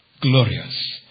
Glorious